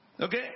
Okay